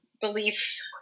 belief